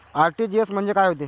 RTGS म्हंजे काय होते?